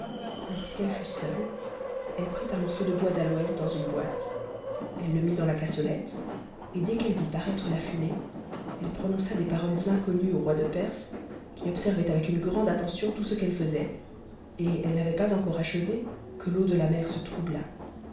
lorsqu'elle fut seule elle prit un tm'ceau de bois d'a oës dans nue botte elle le mit dans la cassolette et dès qu'elle vit paraître la fumée elle prononça des paroles inconnues au de perse qui observait avec grande attention tout ce qu'elle faisait cite n'avait pas encore achevé que t'eau de la mer se troubla